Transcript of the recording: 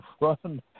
run